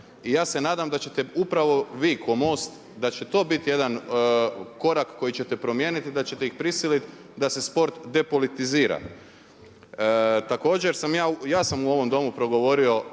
I ja se nadam da ćete upravo vi kao MOST, da će to biti jedan korak koji ćete primijeniti, da ćete ih prisiliti da se sport depolitizira. Također sam ja, ja sam u ovom Domu progovorio